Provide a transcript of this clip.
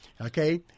okay